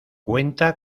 cuenta